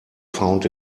found